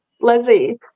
Lizzie